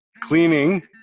cleaning